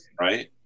right